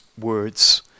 words